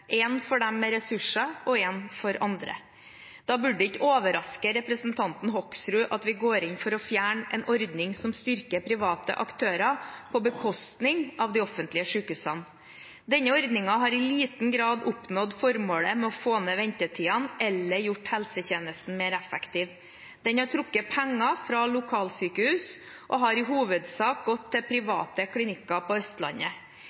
en for dem med ressurser og en for andre. Da burde det ikke overraske representanten Hoksrud at vi går inn for å fjerne en ordning som styrker private aktører på bekostning av de offentlige sykehusene. Denne ordningen har i liten grad oppnådd formålet om å få ned ventetidene eller gjort helsetjenesten mer effektiv. Den har trukket penger fra lokalsykehus og har i hovedsak gått til private klinikker på Østlandet.